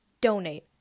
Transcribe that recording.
donate